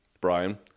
Brian